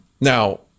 Now